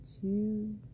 two